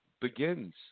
begins